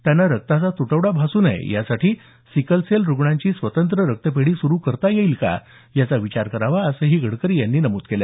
त्यांना रक्ताचा तुटवडा भासू नये यासाठी सिकलसेल रुग्णांची स्वतंत्र रक्तपेढी सुरू करता येईल का याचा विचार करावा असंही गडकरी यांनी नमूद केलं